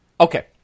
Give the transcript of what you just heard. Okay